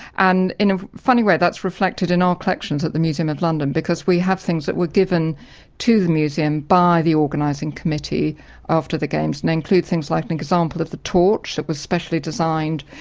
and in a funny way that's reflected in our collections at the museum of london, because we have things that were given to the museum by the organising committee after the games, and they include things like an example of the torch that was specially designed.